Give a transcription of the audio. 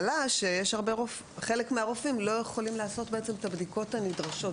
עלה שחלק מהרופאים לא יכולים לעשות את הבדיקות הנדרשות.